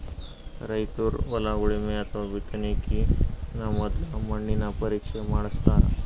ರೈತರ್ ಹೊಲ ಉಳಮೆ ಅಥವಾ ಬಿತ್ತಕಿನ ಮೊದ್ಲ ಮಣ್ಣಿನ ಪರೀಕ್ಷೆ ಮಾಡಸ್ತಾರ್